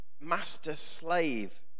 master-slave